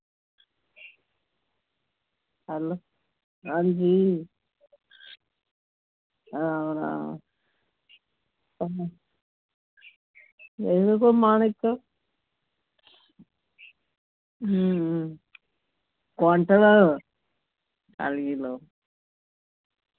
hello हां जी राम राम मेरी ते मन इत्थें हां कोआंटल चाली किल्लो